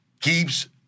keeps